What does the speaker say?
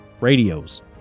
radios